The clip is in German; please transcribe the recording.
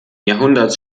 jahrhunderts